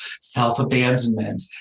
self-abandonment